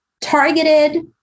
targeted